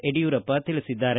ಯಡಿಯೂರಪ್ಪ ತಿಳಿಸಿದ್ದಾರೆ